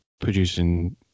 producing